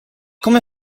come